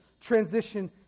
transition